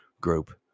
group